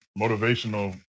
motivational